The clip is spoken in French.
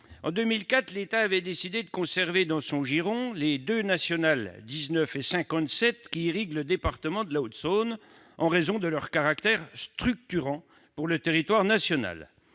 En 2004, l'État avait décidé de conserver dans son giron les routes nationales 19 et 57 qui irriguent le département de la Haute-Saône, en raison de leur caractère structurant pour le territoire national.